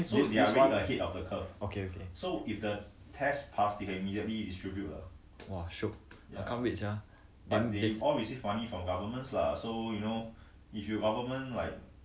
oh that mean this one ok ok !whoa! shiok can't wait sia